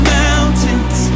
mountains